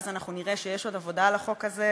ואז אנחנו נראה שיש עוד עבודה על החוק הזה,